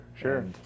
sure